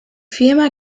firma